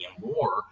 War